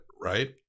right